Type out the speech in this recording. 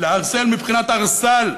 לערסל מבחינת ערסל,